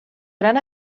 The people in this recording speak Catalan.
gran